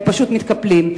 הם פשוט מתקפלים.